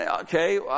okay